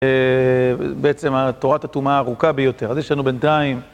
בעצם, התורת הטומאה הארוכה ביותר. אש יש לנו בינתיים.